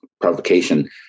provocation